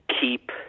keep